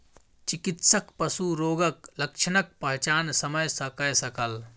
चिकित्सक पशु रोगक लक्षणक पहचान समय सॅ कय सकल